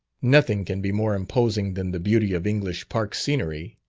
nothing can be more imposing than the beauty of english park scenery,